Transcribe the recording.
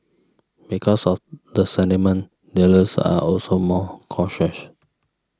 because of the sentiment dealers are also more cautious